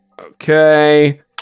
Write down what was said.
Okay